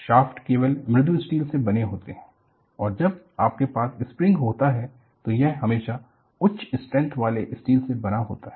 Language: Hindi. शाफ्ट केवल मृदु स्टील से बने होते हैं और जब आपके पास स्प्रिंग होता है तो यह हमेशा उच्च स्ट्रेंथ वाले स्टील से बना होता है